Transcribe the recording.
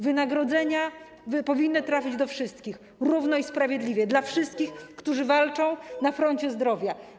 Wynagrodzenia powinny trafić do wszystkich, równo i sprawiedliwie, do wszystkich, którzy walczą na froncie zdrowia.